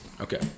Okay